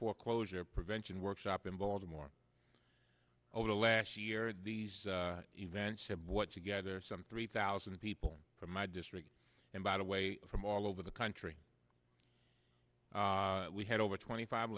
foreclosure prevention workshop in baltimore over the last year these events had what together some three thousand people from my district and by the way from all over the country we had over twenty five